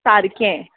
सारकें